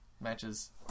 matches